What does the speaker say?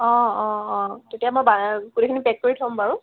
অঁ অঁ অঁ তেতিয়া মই গোটেইখিনি পেক কৰি থ'ম বাৰু